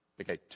Okay